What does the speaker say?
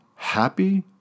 Happy